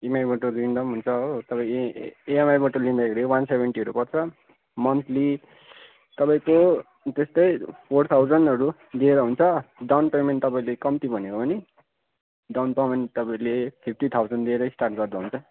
इएमआईबाट लिँदा हुन्छ हो तर इएमआईबाट लिँदा वान सेभेन्टीहरू पर्छ मन्थली तपाईँको त्यस्तै फोर थाउजन्डहरू दिएर हुन्छ डाउन पेमेन्ट तपाईँले कम्ती भनेको पनि डाउन पेमेन्ट तपाईँले फिप्टी थाउजन्ड दिएर स्टार्ट गर्दा हुन्छ